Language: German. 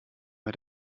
bei